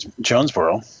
Jonesboro